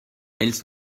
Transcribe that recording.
ells